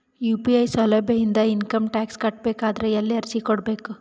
UPI ಸೌಲಭ್ಯ ಇಂದ income tax ಕಟ್ಟಬೇಕಾದರ ಎಲ್ಲಿ ಅರ್ಜಿ ಕೊಡಬೇಕು?